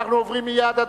ואנחנו עוברים מייד,